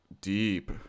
deep